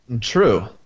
True